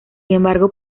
embargo